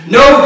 no